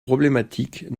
problématiques